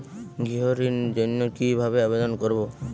গৃহ ঋণ জন্য কি ভাবে আবেদন করব?